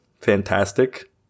fantastic